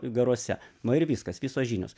garuose nu ir viskas visos žinios